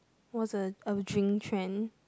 was a drink trend